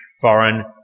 foreign